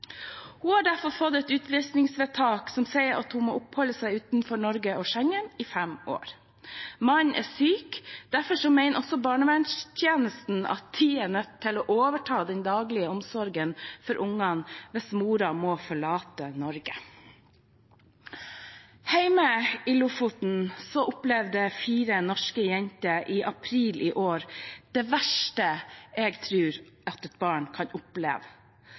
Hun har derfor fått et utvisningsvedtak som sier at hun må oppholde seg utenfor Norge og Schengen i fem år. Mannen er syk, derfor mener også barnevernstjenesten at de er nødt til å overta den daglige omsorgen for barna hvis moren må forlate Norge. Hjemme i Lofoten opplevde fire norske jenter i april i år det verste jeg tror at et barn kan oppleve.